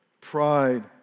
pride